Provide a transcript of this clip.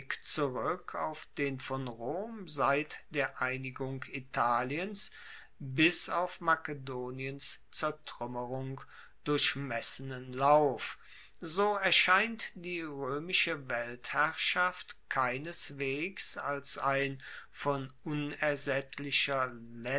auf den von rom seit der einigung italiens bis auf makedoniens zertruemmerung durchmessenen lauf so erscheint die roemische weltherrschaft keineswegs als ein von unersaettlicher